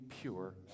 pure